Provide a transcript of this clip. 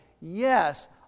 Yes